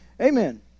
Amen